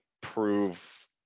prove